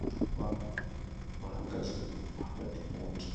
Apapa bahagaze hagati mu nzu